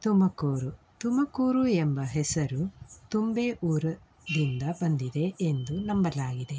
ತುಮಕೂರು ತುಮಕೂರು ಎಂಬ ಹೆಸರು ತುಂಬೆ ಊರು ದಿಂದ ಬಂದಿದೆ ಎಂದು ನಂಬಲಾಗಿದೆ